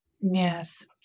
Yes